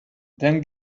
then